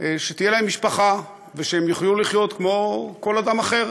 שתהיה להם משפחה ושהם יוכלו לחיות כמו כל אדם אחר,